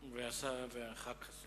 מה היה מעניין באותה חקיקה שהביאו לשם